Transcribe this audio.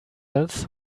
else